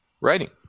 writing